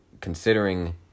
considering